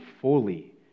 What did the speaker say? fully